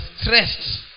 stressed